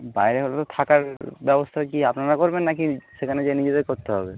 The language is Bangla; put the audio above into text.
বাইরে হলে থাকার ব্যবস্থা কি আপনারা করবেন না কি সেখানে গিয়ে নিজেদের করতে হবে